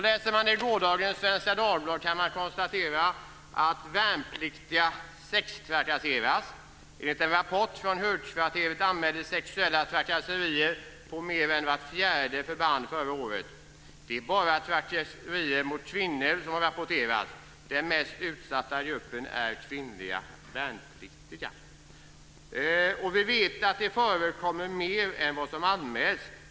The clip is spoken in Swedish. Läser man i gårdagens Svenska Dagbladet kan man också konstatera att värnpliktiga sextrakasseras. Enligt en rapport från Högkvarteret anmäldes sexuella trakasserier på mer än vart fjärde förband förra året. Det är bara trakasserier mot kvinnor som har rapporterats. Den mest utsatta gruppen är kvinnliga värnpliktiga. Vi vet att det förekommer mer än vad som anmäls.